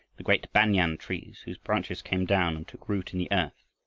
the great banyan trees whose branches came down and took root in the earth,